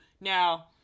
Now